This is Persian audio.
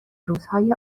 روزهای